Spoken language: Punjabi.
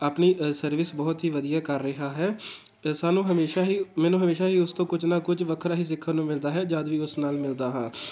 ਆਪਣੀ ਸਰਵਿਸ ਬਹੁਤ ਹੀ ਵਧੀਆ ਕਰ ਰਿਹਾ ਹੈ ਸਾਨੂੰ ਹਮੇਸ਼ਾ ਹੀ ਮੈਨੂੰ ਹਮੇਸ਼ਾ ਹੀ ਉਸ ਤੋਂ ਕੁਝ ਨਾ ਕੁਝ ਵੱਖਰਾ ਹੀ ਸਿੱਖਣ ਨੂੰ ਮਿਲਦਾ ਹੈ ਜਦ ਵੀ ਉਸ ਨਾਲ ਮਿਲਦਾ ਹਾਂ